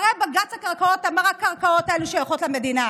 הרי בג"ץ הקרקעות אמר שהקרקעות האלה שייכות למדינה.